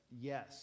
Yes